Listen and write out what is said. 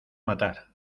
matar